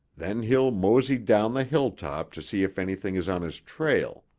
then he'll mosey down the hilltop to see if anything is on his trail.